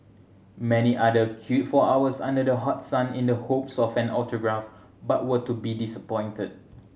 many other queued for hours under the hot sun in the hopes of an autograph but were to be disappointed